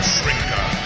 Shrinker